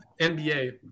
NBA